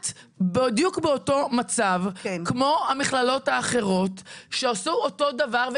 את בדיוק באותו מצב כמו המכללות האחרות שעשו אותו דבר,